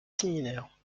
similaire